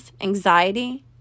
anxiety